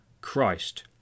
Christ